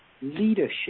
leadership